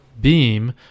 beam